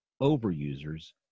over-users